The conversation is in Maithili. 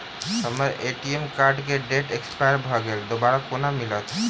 हम्मर ए.टी.एम कार्ड केँ डेट एक्सपायर भऽ गेल दोबारा कोना मिलत?